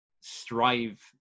strive